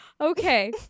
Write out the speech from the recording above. Okay